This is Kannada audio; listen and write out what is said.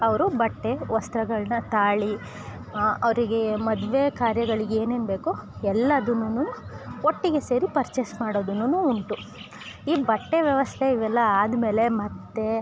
ಅವರು ಬಟ್ಟೆ ವಸ್ತ್ರಗಳ್ನ ತಾಳಿ ಅವರಿಗೆ ಮದುವೆ ಕಾರ್ಯಗಳಿಗೆ ಏನೇನು ಬೇಕು ಎಲ್ಲದುನು ಒಟ್ಟಿಗೆ ಸೇರಿ ಪರ್ಚೆಸ್ ಮಾಡೋದುನು ಉಂಟು ಈ ಬಟ್ಟೆ ವ್ಯವಸ್ಥೆ ಇವೆಲ್ಲ ಆದಮೇಲೆ ಮತ್ತು